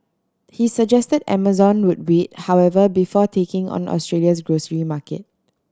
he suggested Amazon would wait however before taking on Australia's grocery market